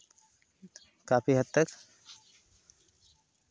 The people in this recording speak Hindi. काफ़ी हद तक